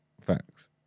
facts